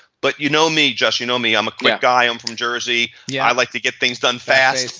but you know me just, you know me i'm a quick guy um from jersey, yeah i like to get things done fast.